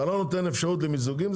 אתה לא נותן אפשרות למיזוגים,